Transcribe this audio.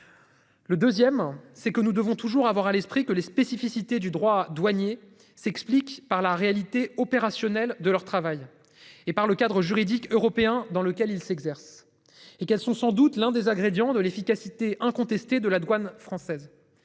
Le 2ème, c'est que nous devons toujours avoir à l'esprit que les spécificités du droit douanier s'explique par la réalité opérationnelle de leur travail et par le cadre juridique européen dans lequel il s'exerce et qu'elles sont sans doute l'un des agressions de l'efficacité incontesté de la douane française.